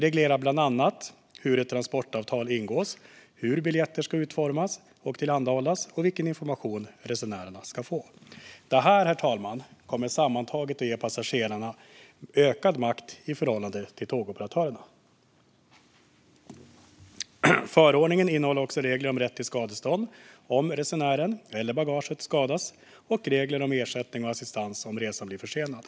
Bland annat regleras hur ett transportavtal ingås, hur biljetter ska utformas och tillhandahållas och vilken information resenärerna ska få. Detta, herr talman, kommer sammantaget att ge passagerarna ökad makt i förhållande till tågoperatörerna. Förordningen innehåller också regler om rätt till skadestånd om resenären eller bagaget skadas och regler om ersättning och assistans om resan blir försenad.